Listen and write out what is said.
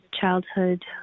childhood